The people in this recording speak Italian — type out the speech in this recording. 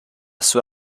sua